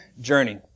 journey